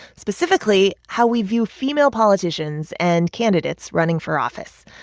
specifically how we view female politicians and candidates running for office.